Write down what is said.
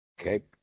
Okay